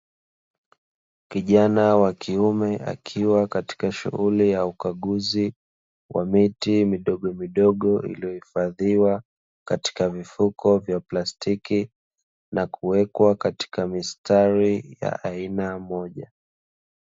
Kijana wa kiume akiwa katika shughuli ya ukaguzi wa miti midogomidogo iliyohifadhiwa katika vifuko vya plastiki, na kuwekwa katika mistari ya aina moja.